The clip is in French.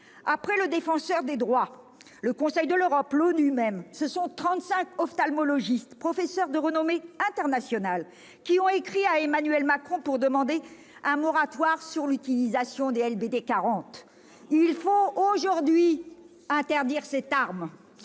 Après le Défenseur des droits, le Conseil de l'Europe, l'ONU même, ce sont trente-cinq ophtalmologistes, professeurs de renommée internationale, qui ont écrit à Emmanuel Macron pour demander un moratoire ... Sur les manifestations ?... sur l'utilisation des LBD 40. Il faut aujourd'hui interdire cette arme